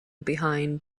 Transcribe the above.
behind